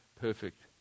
perfect